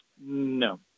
No